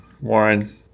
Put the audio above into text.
Warren